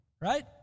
right